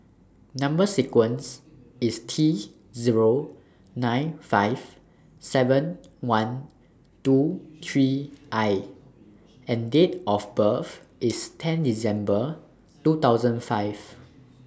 Number sequence IS T Zero nine five seven one two three I and Date of birth IS ten December two thousand five